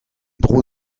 dro